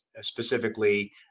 specifically